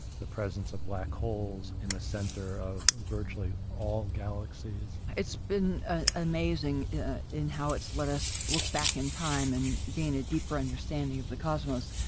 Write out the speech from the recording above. the presence of black holes in the center of virtually all galaxies. it's been ah amazing in how it's let us look back in time and gain a deeper understanding of the cosmos.